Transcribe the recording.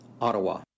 Ottawa